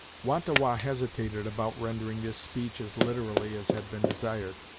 wah-ta-wah hesitated about rendering this speech as literally as had been desired,